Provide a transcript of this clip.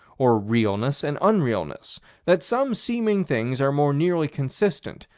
or realness and unrealness that some seeming things are more nearly consistent,